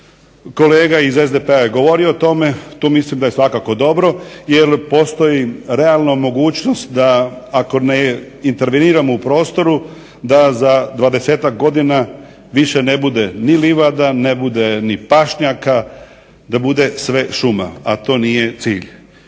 Kolega SDP-a je govorio o tome. Tu mislim da je svakako dobro jer postoji realno mogućnost da ako ne interveniramo u prostoru da za dvadesetak godina više ne bude ni livada, ne bude ni pašnjaka, da bude sve šuma a to nije cilj.